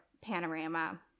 panorama